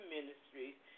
Ministries